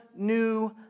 new